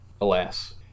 Alas